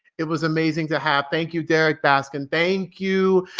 it was amazing to have. thank you, derrick baskin. thank you,